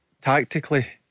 tactically